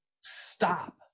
stop